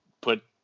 put